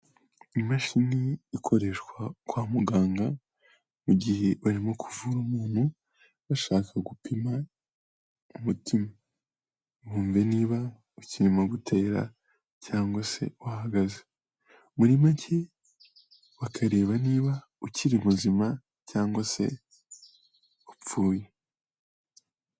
Imashini ikoreshwa kwa muganga mugihe, urimo kuvura umuntu, bashaka gupima umutima, bumve niba ukirimo gutera umutima, cyangwa se wahagaze. Muri make bakareba niba ukiri muzima cyangwa se upfuye.